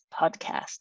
podcast